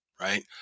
right